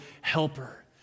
helper